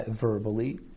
verbally